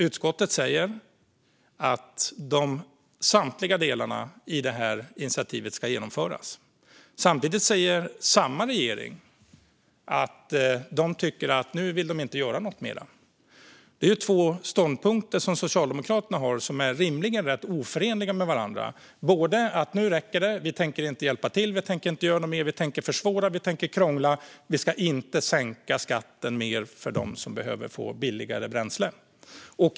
Utskottet säger att samtliga delar i initiativet ska genomföras. Samtidigt säger samma parti i regeringen att man nu inte vill göra något mer. Det är två ståndpunkter som Socialdemokraterna har och som rimligen är rätt oförenliga med varandra. Först säger man: Nu räcker det, vi tänker inte hjälpa till, vi tänker inte göra något mer, vi tänker försvåra, vi tänker krångla, vi ska inte sänka skatten mer för dem som behöver få billigare bränsle.